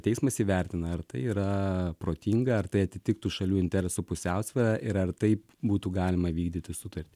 teismas įvertina ar tai yra protinga ar tai atitiktų šalių interesų pusiausvyrą ir ar taip būtų galima vykdyti sutartį